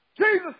Jesus